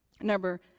Number